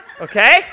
okay